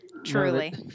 Truly